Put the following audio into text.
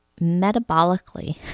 metabolically